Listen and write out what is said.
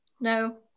No